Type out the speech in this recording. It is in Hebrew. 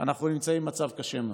אנחנו נמצאים במצב קשה מאוד.